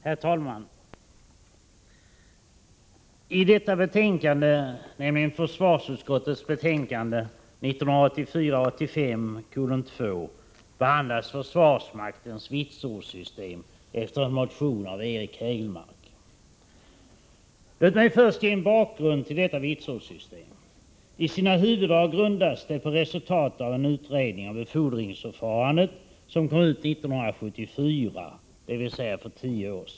Herr talman! I detta betänkande, nämligen försvarsutskottets betänkande 1984/85:2, behandlas försvarsmaktens vitsordssystem som tagits upp i en motion av Eric Hägelmark. Låt mig först ge en bakgrund till detta vitsordssystem. I sina huvuddrag grundas det på resultat av en utredning om befodringsförfarandet som kom ut 1974, dvs. för tio år sedan.